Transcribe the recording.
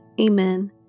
Amen